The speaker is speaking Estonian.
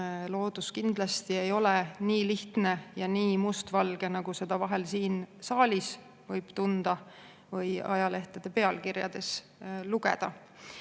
ole kindlasti nii lihtne ja nii mustvalge, nagu seda vahel siin saalis võib tunda või ajalehtede pealkirjadest lugeda. Mõned